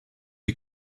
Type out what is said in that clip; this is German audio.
die